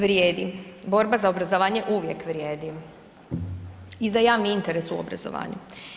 Vrijedi, borba za obrazovanje uvije vrijedi i za javni interes u obrazovanju.